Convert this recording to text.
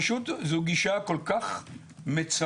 פשוט זו גישה כל כך מצמצמת.